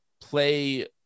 play